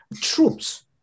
troops